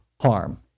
harm